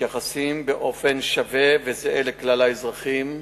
שמתייחסים באופן שווה וזהה לכלל האזרחים,